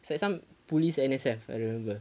it's like some police N_S_F I remember